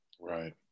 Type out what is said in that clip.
right